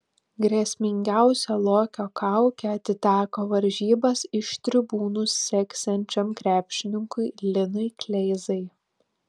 grėsmingiausia lokio kaukė atiteko varžybas iš tribūnų seksiančiam krepšininkui linui kleizai